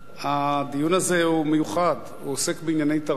הדיון הזה הוא מיוחד, הוא עוסק בענייני תרבות,